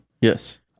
Yes